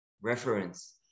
Reference